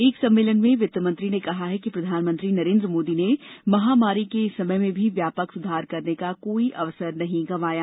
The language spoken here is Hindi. एक सम्मेलन में वित्तमंत्री ने कहा कि प्रधानमंत्री नरेंद्र मोदी ने महामारी के इस समय में भी व्यापक स्धार करने का कोई अवसर नहीं गंवाया